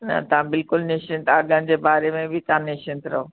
न तव्हां बिल्कुलु निश्चित अघनि जे बारे में बि तव्हां निश्चित रहो